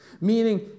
Meaning